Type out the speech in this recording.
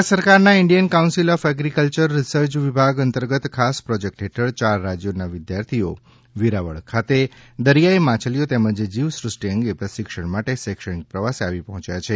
કેન્દ્ર સરકારના Indian council of agriculture research વિભાગ અંતર્ગત ખાસ પ્રોજેક્ટ હેઠળ ચાર રાજ્યોના વિદ્યાર્થીઓ વેરાવળ ખાતે દરિયાઈ માછલીઓ તેમજ જીવ સૃષ્ટિ અંગે પ્રશિક્ષણ માટે શૈક્ષણિક પ્રવાસે આવી પહોંચ્યા છે